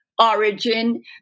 origin